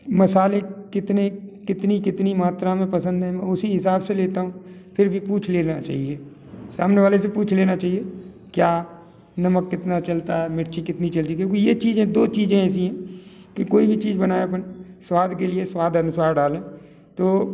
मसाले कितने कितनी कितनी मात्रा में पसंद आएंगे उसी हिसाब से लेता फिर भी पूछ लेना चाहिए सामने वाले से पूछ लेना चाहिए क्या नमक कितना चलता है मिर्ची कितनी चलती है क्योंकि यह चीज़ें दो चीज़ें ऐसी हैं कि कोई भी चीज बनाएँ तो स्वाद के लिए स्वाद अनुसार डालें तो